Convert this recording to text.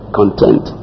content